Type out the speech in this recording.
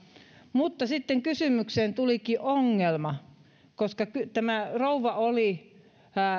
mutta sitten kysymykseen tulikin ongelma koska tämä rouva oli